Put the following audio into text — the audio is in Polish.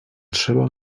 trzeba